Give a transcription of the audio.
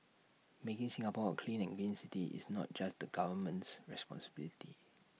making Singapore A clean and green city is not just the government's responsibility